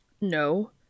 No